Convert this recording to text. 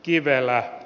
kivelä